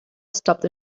stopped